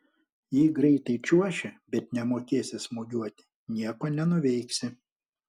jei greitai čiuoši bet nemokėsi smūgiuoti nieko nenuveiksi